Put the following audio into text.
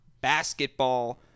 basketball